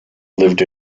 lived